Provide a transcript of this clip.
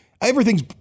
Everything's